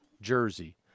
Jersey